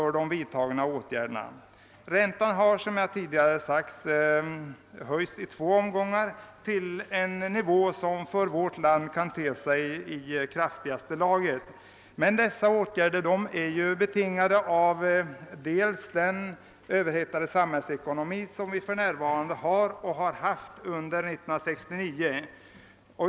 Räntan har som jag tidigare sagt höjts i två omgångar till en nivå som för vårt land kan tyckas vara i kraftigaste laget. Men dessa åtgärder är ju betingade bl.a. av den överhettade samhällsekonomi som vi för närvarande har och hade även under 1969.